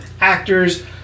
actors